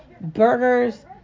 burgers